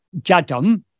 jadam